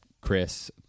Chris